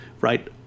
right